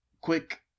quick